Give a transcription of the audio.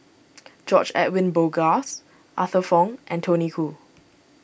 George Edwin Bogaars Arthur Fong and Tony Khoo